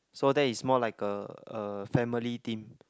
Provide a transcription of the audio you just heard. so that is more like a uh family theme